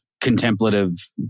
contemplative